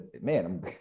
man